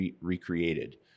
recreated